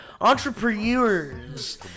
entrepreneurs